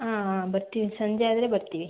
ಹಾಂ ಹಾಂ ಬರುತ್ತೀವಿ ಸಂಜೆ ಆದರೆ ಬರುತ್ತೀವಿ